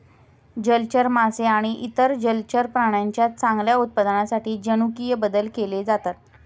जलचर मासे आणि इतर जलचर प्राण्यांच्या चांगल्या उत्पादनासाठी जनुकीय बदल केले जातात